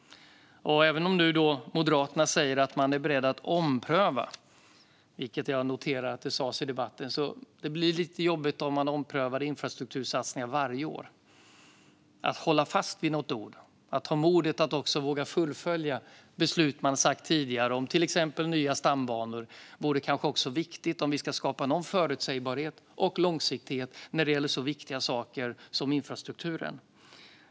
Även om Moderaterna nu säger att man är beredd att ompröva, som jag noterar att man sa i debatten, blir det lite jobbigt att ompröva infrastruktursatsningar varje år. Att hålla fast vid något och ha modet att fullfölja tidigare beslut om till exempel nya stambanor är viktigt om vi ska skapa förutsägbarhet och långsiktighet när det gäller så viktiga saker som infrastrukturen.